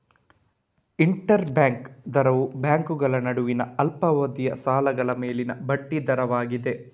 inter bank ದರವು ಬ್ಯಾಂಕುಗಳ ನಡುವಿನ ಅಲ್ಪಾವಧಿಯ ಸಾಲಗಳ ಮೇಲಿನ ಬಡ್ಡಿ ದರವಾಗಿದೆ